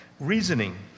Reasoning